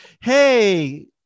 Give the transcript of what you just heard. hey